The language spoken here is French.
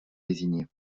désignée